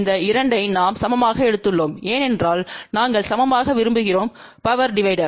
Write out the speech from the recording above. இந்த 2 ஐ நாம் சமமாக எடுத்துள்ளோம் ஏனென்றால் நாங்கள் சமமாக விரும்புகிறோம் பவர் டிவைடர்